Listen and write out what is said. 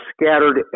scattered